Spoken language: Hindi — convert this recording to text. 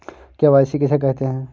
के.वाई.सी किसे कहते हैं?